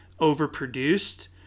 overproduced